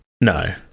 No